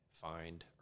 find